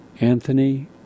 Anthony